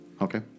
Okay